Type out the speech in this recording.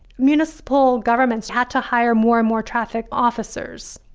municipal governments had to hire more and more traffic officers.